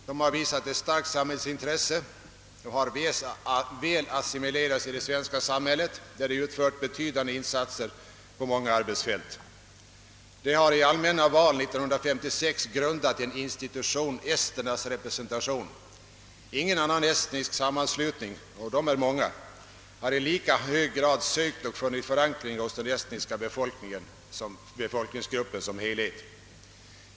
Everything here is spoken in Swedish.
De har visat ett starkt samhällsintresse och har väl assimilerats i det svenska samhället, där de gjort betydande insatser på många arbetsfält. De har i allmänna val 1956 grundat en institution, Esternas representation. Ingen annan estnisk sammanslutning — de är många — har i lika hög grad sökt och funnit förankring hos den estniska befolkningsgruppen som helhet.